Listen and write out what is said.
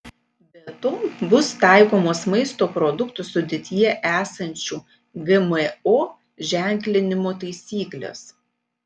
be to bus taikomos maisto produktų sudėtyje esančių gmo ženklinimo taisyklės